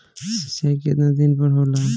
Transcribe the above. सिंचाई केतना दिन पर होला?